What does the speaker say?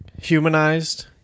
humanized